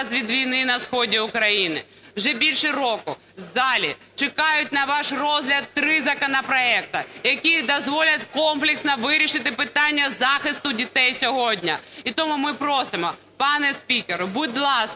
від війни на сході України. Вже більше року в залі чекають на ваш розгляд три законопроекти, які дозволять комплексно вирішити питання захисту дітей сьогодні. І тому ми просимо, пане спікере, будь ласка,